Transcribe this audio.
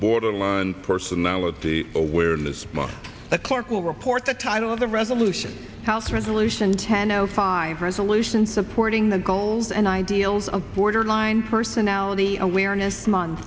borderline personality awareness by the court will report the title of the resolution house resolution ten zero five resolution supporting the goals and ideals of borderline personality awareness month